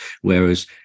Whereas